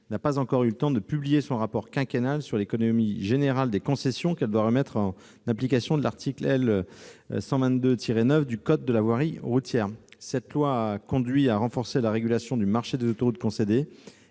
n'a pas encore eu le temps de publier le rapport quinquennal sur l'économie générale des concessions qu'elle doit remettre en application de l'article L. 122-9 du code de la voirie routière. Cette loi de 2015 conduit à renforcer la régulation du marché de l'autoroute concédée